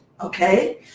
Okay